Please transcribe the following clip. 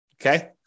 Okay